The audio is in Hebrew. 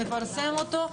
נפרסם אותו.